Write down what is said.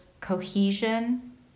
cohesion